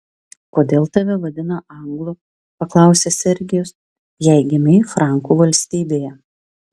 kodėl tave vadina anglu paklausė sergijus jei gimei frankų valstybėje